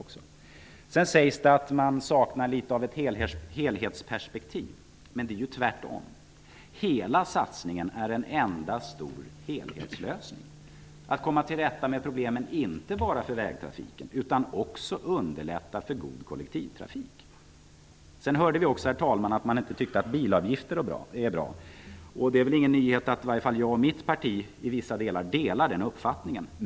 Det sägs också att man saknar ett helhetsperspektiv. Men det är ju tvärtom! Hela satsningen är ju en enda stor helhetslösning, för att komma till rätta med problemen inte bara för vägtrafiken utan också för att underlätta god kollektivtrafik. Vi hörde, herr talman, att man inte tyckte att det är bra med bilavgifter. Det är väl ingen nyhet att i varje fall jag och mitt parti i vissa delar har samma uppfattning.